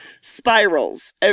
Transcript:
Spirals